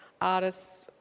artists